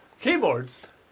Keyboards